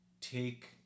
take